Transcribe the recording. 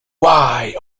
why